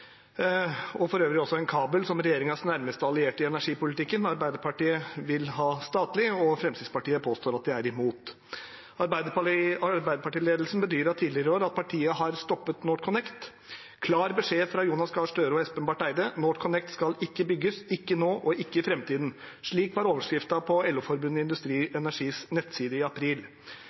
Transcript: og for øvrig også en kabel som regjeringens nærmeste allierte i energipolitikken, Arbeiderpartiet, vil ha statlig, og som Fremskrittspartiet påstår at de er imot. Arbeiderparti-ledelsen bedyret tidligere i år at partiet har stoppet NorthConnect: «Klar beskjed fra Jonas Gahr Støre og Espen Barth Eide: NorthConnect skal ikke bygges, ikke nå og ikke i fremtiden.» Slik var overskriften på LO-forbundet Industri Energis nettside i april.